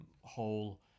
whole